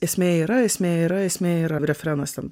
esmė yra esmė yra esmė yra refrenuose